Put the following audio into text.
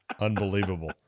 Unbelievable